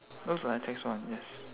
looks like a tax one yes